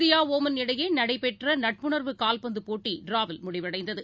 India Oman இடையேநடைபெற்றநட்புணர்வு கால்பந்துப் போட்டிடிராவில் முடிவடைந்தது